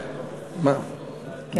בדיוק.